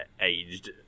aged